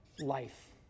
life